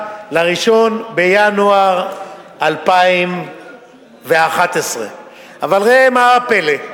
ל-1 בינואר 2011. אבל ראה מה הפלא,